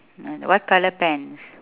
what colour pants